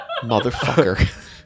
motherfucker